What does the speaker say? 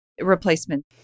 replacement